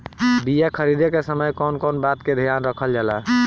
बीया खरीदे के समय कौन कौन बात के ध्यान रखल जाला?